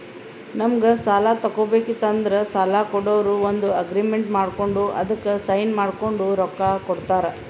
ನಮ್ಗ್ ಸಾಲ ತಗೋಬೇಕಿತ್ತು ಅಂದ್ರ ಸಾಲ ಕೊಡೋರು ಒಂದ್ ಅಗ್ರಿಮೆಂಟ್ ಮಾಡ್ಕೊಂಡ್ ಅದಕ್ಕ್ ಸೈನ್ ಮಾಡ್ಕೊಂಡ್ ರೊಕ್ಕಾ ಕೊಡ್ತಾರ